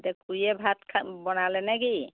এতিয়া খুড়ীয়ে ভাত খা বনালেনে কি